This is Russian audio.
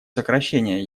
сокращения